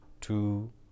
two